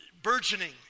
Burgeoning